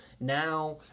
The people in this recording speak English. Now